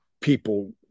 people